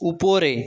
উপরে